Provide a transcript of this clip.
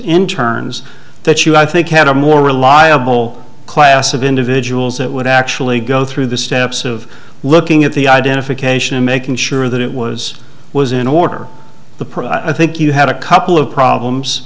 in terms that you i think had a more reliable class of individuals that would actually go through the steps of looking at the identification and making sure that it was was in order the i think you had a couple of problems